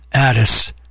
Addis